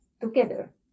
together